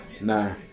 Nah